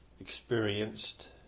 experienced